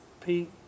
Pete